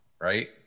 right